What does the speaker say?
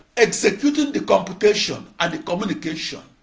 executing the computation and the communication